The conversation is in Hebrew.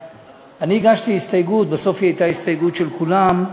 הגשתי הסתייגות, בסוף היא הייתה הסתייגות של כולם,